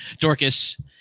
Dorcas